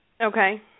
Okay